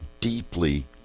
deeply